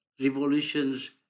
revolutions